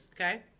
Okay